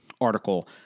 article